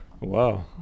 Wow